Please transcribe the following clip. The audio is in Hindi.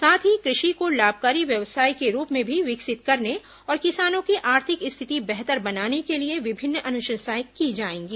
साथ ही कृषि को लाभकारी व्यवसाय के रूप में विकसित करने और किसानों की आर्थिक स्थिति बेहतर बनाने के लिए विभिन्न अनुशंसाएं की जाएंगी